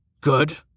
Good